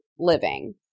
living